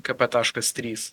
kp taškas trys